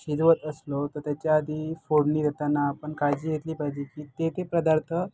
शिजवत असलो तर त्याच्या आधी फोडणी देताना आपण काळजी घेतली पाहिजे की ते ते पदार्थ